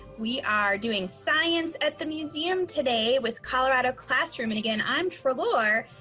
we are doing science at the museum today with colorado classroom. and again, i'm treloar,